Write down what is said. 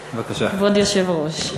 היושב-ראש,